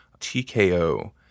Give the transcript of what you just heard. TKO